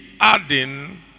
adding